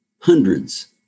hundreds